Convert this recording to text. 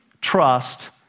trust